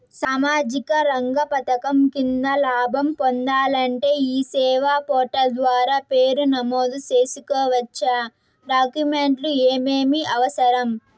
సామాజిక రంగ పథకం కింద లాభం పొందాలంటే ఈ సేవా పోర్టల్ ద్వారా పేరు నమోదు సేసుకోవచ్చా? డాక్యుమెంట్లు ఏమేమి అవసరం?